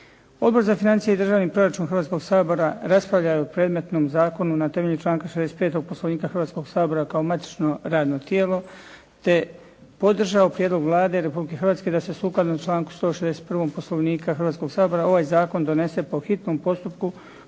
Odbor za financije i državni proračun Hrvatskoga sabora raspravljao je o predmetnom zakonu na temelju članka 65. Poslovnika Hrvatskoga sabora kao matično radno tijelo te podržao prijedlog Vlade Republike Hrvatske da se sukladno članku 161. Poslovnika Hrvatskoga sabora ovaj zakon donese po hitnom postupku